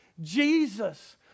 Jesus